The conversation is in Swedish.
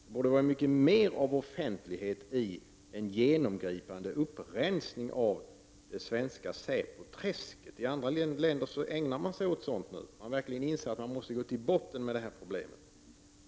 Det borde vara mycket mera av offentlighet och en genomgripande upprensning av det svenska säpoträsket. I andra länder ägnar man sig nu åt sådant. Man har verkligen insett att man måste gå till botten med detta problem.